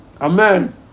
Amen